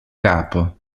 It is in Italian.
capo